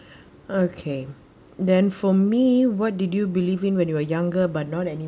okay then for me what did you believe in when you were younger but not any